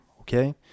okay